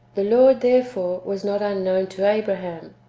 the lord, therefore, was not unknown to abraham,